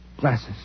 glasses